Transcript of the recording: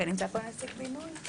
נמצא פה נציג בינוי?